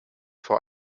vor